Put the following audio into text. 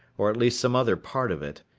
or at least some other part of it,